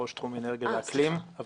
ראש תחום אנרגיה ואקלים.